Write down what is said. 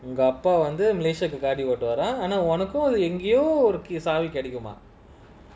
உங்கஅப்பாவந்து:unga appa vandhu malaysia lah காருஓட்டுவாராம்ஆனாஉனக்குஎங்கயோசாவிகிடைக்குமாம்:kaaru otuvaram aana unaku engayo savi kidaikumam